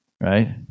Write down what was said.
right